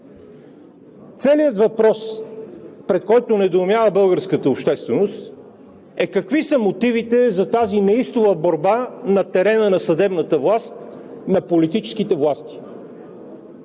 Целият въпрос, пред който недоумява българската общественост, е какви са мотивите за тази неистова борба на терена на съдебната власт на политическите власти?